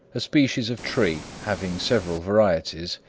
a species of tree having several varieties,